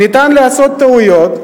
אפשר לעשות טעויות,